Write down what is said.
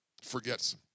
forgets